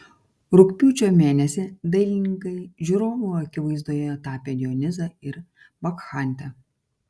rugpjūčio mėnesį dailininkai žiūrovų akivaizdoje tapė dionizą ir bakchantę